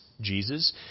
Jesus